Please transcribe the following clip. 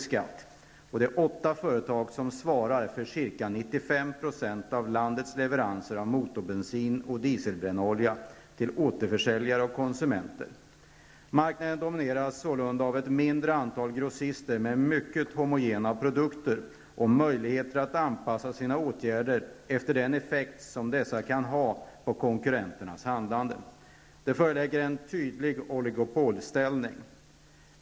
skatt, och det är åtta företag som svarar för ca 95 % av landets leveranser av motorbensin och dieselbrännolja till återförsäljare och konsumenter. Marknaden domineras sålunda av ett mindre antal grossister med mycket homogena produkter och möjligheter att anpassa sina åtgärder efter den effekt som dessa kan ha på konkurrenternas handlande. Det föreligger en tydlig oligopolställning.